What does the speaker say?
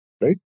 right